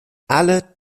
alle